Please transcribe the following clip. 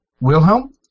Wilhelm